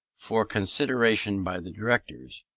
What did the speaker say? for consideration by the directors,